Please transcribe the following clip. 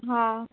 હા